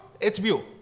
HBO